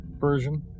version